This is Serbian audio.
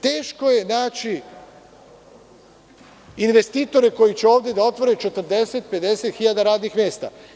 Teško je naći investitore koji će ovde da otvore 40 ili 50 hiljada radnih mesta.